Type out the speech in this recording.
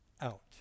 out